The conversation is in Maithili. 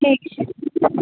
ठीक छै